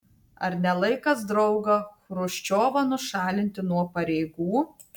ar ne laikas draugą chruščiovą nušalinti nuo pareigų